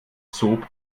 zob